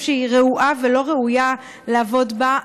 שהיא ממש רעועה ולא ראויה לעבוד בה,